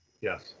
yes